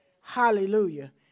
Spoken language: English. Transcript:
Hallelujah